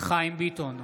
חיים ביטון,